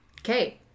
Okay